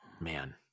man